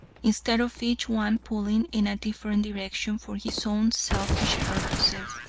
instead of each one pulling in a different direction for his own selfish purposes.